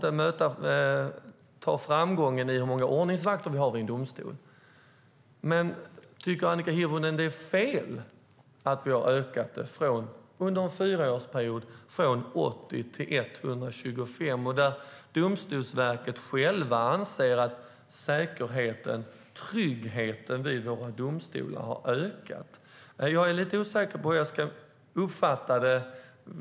Då vill jag fråga Annika Hirvonen om hon tycker att det är fel att vi har ökat antalet under en fyraårsperiod från 80 till 125, när Domstolsverket självt anser att säkerheten och tryggheten vid våra domstolar har ökat. Jag är lite osäker på hur jag ska uppfatta det.